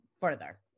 further